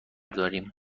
داریم